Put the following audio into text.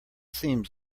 seems